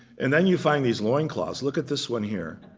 and then you find these loin cloths. look at this one here.